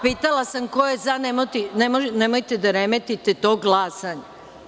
Pitala sam ko je za , nemojte da remetite tok glasanja.